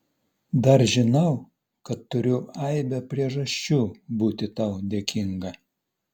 dar žinau kad turiu aibę priežasčių būti tau dėkinga